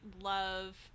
love